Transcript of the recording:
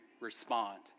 respond